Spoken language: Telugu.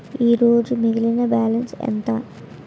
ఈరోజు మిగిలిన బ్యాలెన్స్ ఎంత?